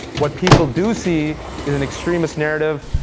what people do see is an extremist narrative.